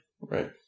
right